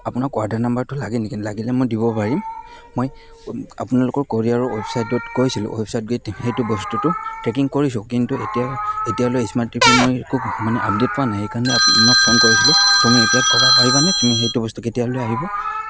আপোনাক অৰ্ডাৰ নম্বৰটো লাগে নেকি লাগিলে মই দিব পাৰিম মই আপোনালোকৰ কোৰিয়াৰৰ ৱেবছাইটটোত গৈছিলোঁ ৱেবছাইটত গৈ সেইটো বস্তুটো ট্ৰেকিং কৰিছোঁ কিন্তু এতিয়া এতিয়ালৈ স্মাৰ্ট টিভি মই একো মানে আপডে'ট পোৱা নাই সেইকাৰণে আপোনাক ফোন কৰিছিলোঁ তুমি এতিয়া ক'ব পাৰিবানে তুমি সেইটো বস্তু কেতিয়ালৈ আহিব